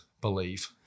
believe